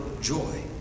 joy